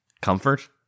Comfort